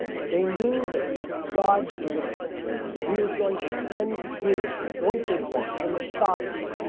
and they knew that god had predicted that he was going to send his anointed one the messiah